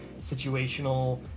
situational